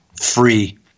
free